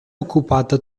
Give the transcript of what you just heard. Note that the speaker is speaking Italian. occupata